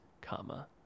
comma